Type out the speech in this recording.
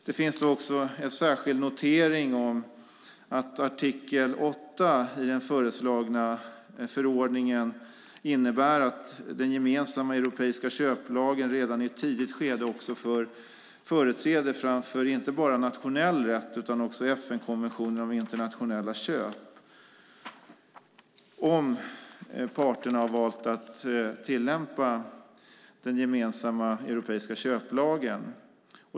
Det finns också en särskild notering om att artikel 8 i den föreslagna förordningen innebär att den gemensamma europeiska köplagen redan i ett tidigt skede också får företräde inte bara framför nationell rätt utan också i FN-konventionen om internationella köp, om parterna har valt att tillämpa den gemensamma europeiska köplagen.